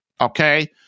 okay